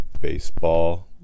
baseball